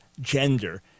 gender